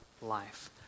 life